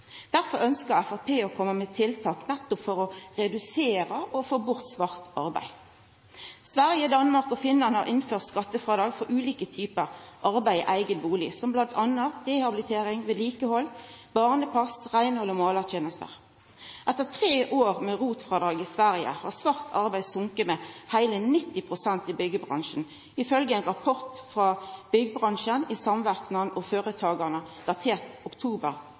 Derfor ønskjer Framstegspartiet å koma med tiltak – nettopp for å redusera og få bort svart arbeid Sverige, Danmark og Finland har innført skattefrådrag for ulike typar arbeid i eigen bustad, bl.a. rehabilitering, vedlikehald, barnepass, reinhald og målartenester. Etter tre år med ROT-frådrag i Sverige har svart arbeid, ifølgje ein rapport frå Byggbranchen i Samverkan og Företagarna, datert oktober 2011, gått ned med heile 90 pst. i